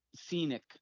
scenic